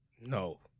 No